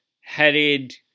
headed